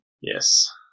Yes